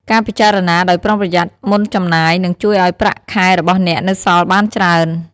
ការពិចារណាដោយប្រុងប្រយ័ត្នមុនចំណាយ នឹងជួយឲ្យប្រាក់ខែរបស់អ្នកនៅសល់បានច្រើន។